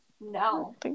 No